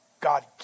God